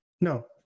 No